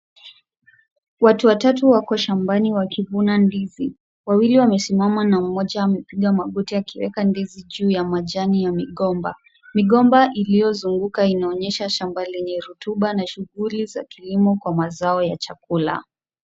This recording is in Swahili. Watu watatu wako shambani wakivuna ndizi. Wawili wamesimama na mmoja amepiga magoti akieka ndizi chini ya majani ya migomba. Migomba iliyozunguka inaonyesha shamba lenye rotuba na shughuli za kilimo kwa mazao ya chakula.